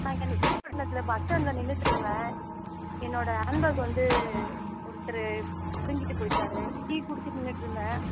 நான் இங்கே நாகப்பட்டிணத்துல பஸ் ஸ்டாண்ட்டில் நின்றுட்டு இருந்தேன் என்னோடய ஹேண்ட் பேக் வந்து ஒருத்தரு பிடுங்கிட்டு போயிட்டாரு டீ குடிச்சுட்டு நின்றுட்ருந்தேன்